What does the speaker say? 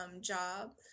job